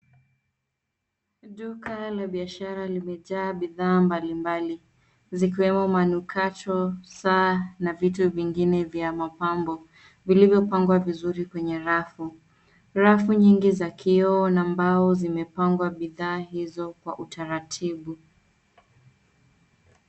Duka la biashara limejaa bidhaa mbali mbali zikiwemo manukato, saa na vitu vingine vya mapambo vilivyo pangwa vizuri kwenye rafu. Rafu nyingi za kioo na mbao zimepangwa bidhaa hizo kwa utaratibu.